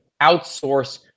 outsource